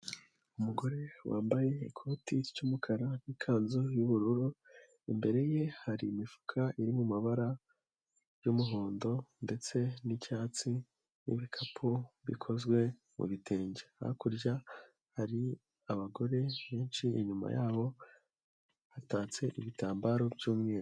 Umugore wambaye ikoti ry'umukara n'ikanzu y'ubururu, imbere ye hari imifuka iri mu mabara y'umuhondo ndetse n'icyatsi n'ibikapu bikozwe mu bitenge, hakurya hari abagore benshi, inyuma yabo hatatse ibitambaro by'umweru.